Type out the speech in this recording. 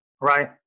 right